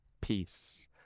Peace